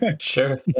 Sure